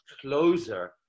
closer